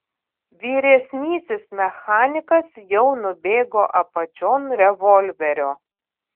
vyresnysis mechanikas jau nubėgo apačion revolverio